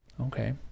Okay